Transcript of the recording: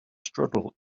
struggle